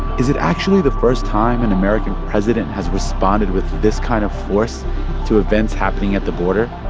is it actually the first time an american president has responded with this kind of force to events happening at the border?